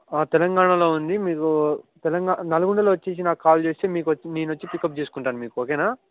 తెలంగాణలో ఉంది మీకు తెలంగాణ నల్గొండలో వచ్చేసి నాకు కాల్ చేస్తే మీకు వచ్చి నేను పికప్ చేసుకుంటాను నేను మీకు ఓకేనా